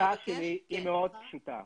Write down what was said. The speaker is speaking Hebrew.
ההצעה שלי היא מאוד פשוטה,